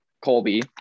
Colby